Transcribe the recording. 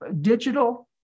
Digital